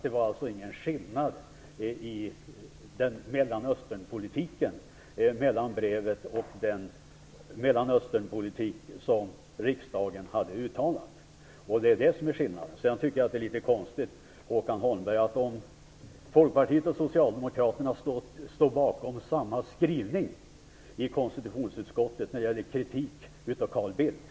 Det var alltså ingen skillnad mellan Mellanösternpolitiken i brevet och den Mellanösternpolitik som riksdagen hade uttalat. Det är det som är skillnaden. Folkpartiet och Socialdemokraterna står bakom samma skrivning i konstitutionsutskottet när det gäller kritik av Carl Bildt.